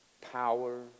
power